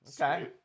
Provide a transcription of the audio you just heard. Okay